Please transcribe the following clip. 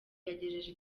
yagejeje